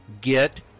get